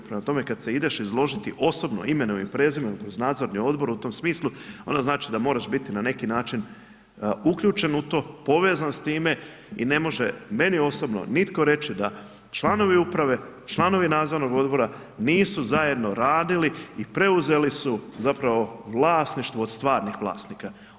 Prema tome kad se ideš izložiti osobno, imenom i prezimenom kroz nadzorni odbor u tom smislu onda znači da moraš biti na neki način uključen u to, povezan s time i ne može meni osobno nitko reći da članovi uprave, članovi nadzornog odbora nisu zajedno radili i preuzeli su zapravo vlasništvo od stvarnih vlasnika.